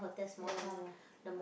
ya ya